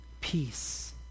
Peace